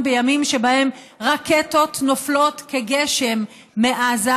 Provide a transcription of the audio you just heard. בימים שבהם רקטות נופלות כגשם מעזה.